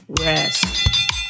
rest